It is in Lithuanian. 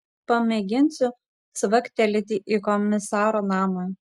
pamėginsiu cvaktelėti į komisaro namą